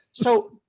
so,